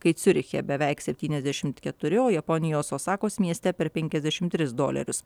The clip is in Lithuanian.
kai ciuriche beveik septyniasdešimt keturi o japonijos osakos mieste per penkiasdešim tris dolerius